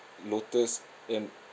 lotus and